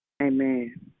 Amen